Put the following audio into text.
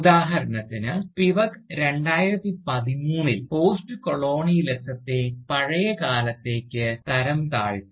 ഉദാഹരണത്തിന് സ്പിവക് 2013 ൽ പോസ്റ്റ്കൊളോണിയലിസത്തെ പഴയകാലത്തേക്ക് തരംതാഴ്ത്തി